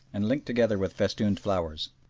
and linked together with festooned flowers.